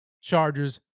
Chargers